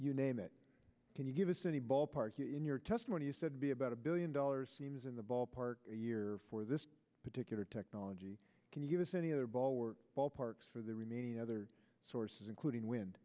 you name it can you give us any ballpark in your testimony you said be about a billion dollars seems in the ballpark a year for this particular technology can you give us any other ball or ballpark for the remaining other sources including w